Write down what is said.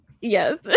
Yes